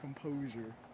Composure